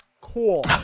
cool